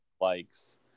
likes